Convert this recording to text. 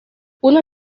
una